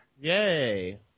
Yay